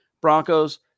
Broncos